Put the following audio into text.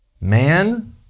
Man